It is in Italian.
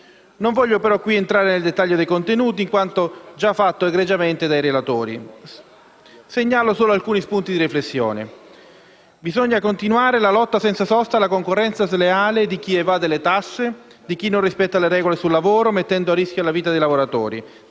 non desidero entrare nel dettaglio dei contenuti, in quanto già fatto egregiamente dai relatori. Segnalo solo alcuni spunti di riflessione. Bisogna continuare la lotta senza sosta alla concorrenza sleale di chi evade le tasse, di chi non rispetta le regole sul lavoro mettendo a rischio la vita dei lavoratori.